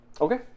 Okay